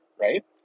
right